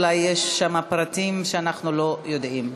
אולי יש שם פרטים שאנחנו לא יודעים.